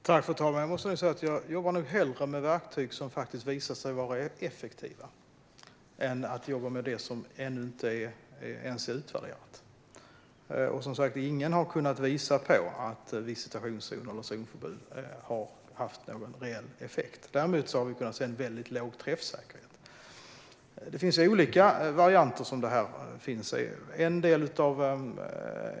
Fru talman! Jag jobbar nog hellre med verktyg som faktiskt visat sig vara effektiva än med det som ännu inte ens är utvärderat. Som sagt: Ingen har kunnat visa att visitationszoner eller zonförbud har haft någon reell effekt. Däremot har vi kunnat se en väldigt låg träffsäkerhet. Det finns olika varianter.